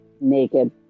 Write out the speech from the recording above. naked